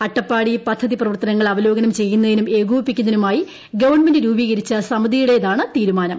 അട്ടപ്പാടി പദ്ധതി പ്രവർത്തനങ്ങൾ അവലോകനം ചെയ്യുന്നതിനും ഏകോപിപ്പിക്കുന്നതിനുമായി ഗവൺമെന്റ് രൂപീകരിച്ച സമിതിയുടേതാണ് തീരുമാനം